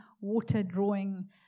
water-drawing